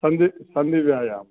सन्धि सन्धिव्यायामः